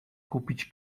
kupić